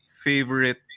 Favorite